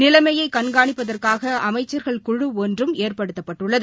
நிலைமையை கண்காணிப்பதற்காக அமைச்சா்கள் குழு ஒன்றும் ஏற்படுத்தப்பட்டுள்ளது